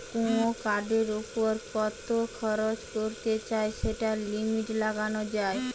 কুনো কার্ডের উপর কত খরচ করতে চাই সেটার লিমিট লাগানা যায়